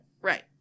right